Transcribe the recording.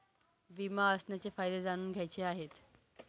विमा असण्याचे फायदे जाणून घ्यायचे आहे